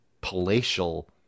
palatial